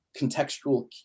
contextual